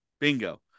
Bingo